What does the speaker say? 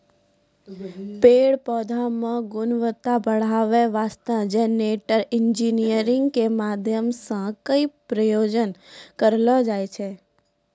पेड़ पौधा मॅ गुणवत्ता बढ़ाय वास्तॅ जेनेटिक इंजीनियरिंग के माध्यम सॅ कई प्रयोग करलो जाय छै